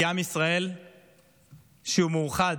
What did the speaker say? כי עם ישראל כשהוא מאוחד,